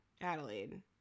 adelaide